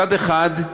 מצד אחד,